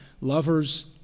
lovers